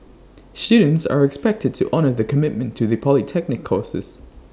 students are expected to honour the commitment to the polytechnic courses